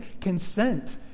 consent